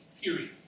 period